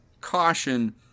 caution